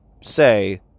say